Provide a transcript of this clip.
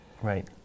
Right